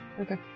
Okay